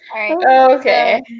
Okay